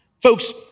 Folks